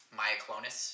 myoclonus